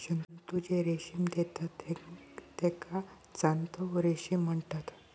जंतु जे रेशीम देतत तेका जांतव रेशीम म्हणतत